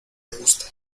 gusta